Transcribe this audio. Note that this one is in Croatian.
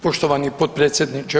Poštovani, potpredsjedniče.